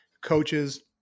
coaches –